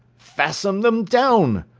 fasten them down,